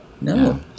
no